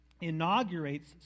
Inaugurates